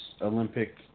Olympic